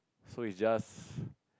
so it's just